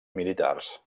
militars